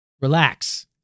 relax